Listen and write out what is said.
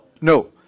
no